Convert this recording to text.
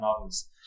others